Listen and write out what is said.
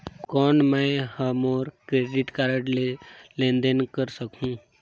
कौन मैं ह मोर क्रेडिट कारड ले लेनदेन कर सकहुं?